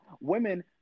women